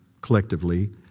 collectively